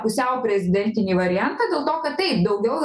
pusiau prezidentinį variantą dėl to kad taip daugiau